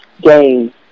game